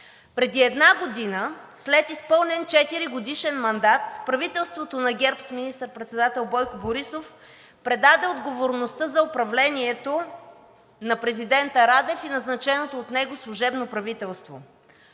Преди една година, след изпълнен четиригодишен мандат, правителството на ГЕРБ с министър-председател Бойко Борисов предаде отговорността за управлението на президента Радев и назначеното от него служебно правителство.